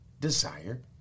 desire